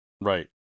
right